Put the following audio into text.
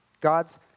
God's